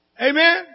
Amen